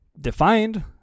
defined